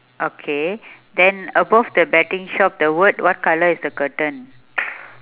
okay then above the betting shop the word what colour is the curtain